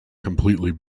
completely